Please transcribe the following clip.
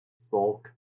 sulk